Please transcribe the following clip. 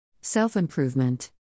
Self-improvement